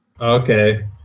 Okay